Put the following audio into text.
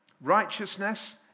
Righteousness